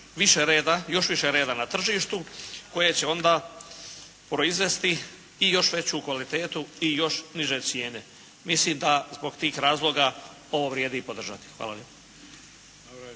uvesti još više reda na tržištu koje će onda proizvesti i još veću kvalitetu i još niže cijene. Mislim da zbog tih razloga ovo vrijedi i podržati. Hvala